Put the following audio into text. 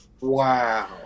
Wow